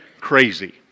crazy